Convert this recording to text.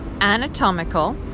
Anatomical